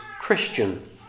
Christian